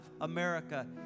America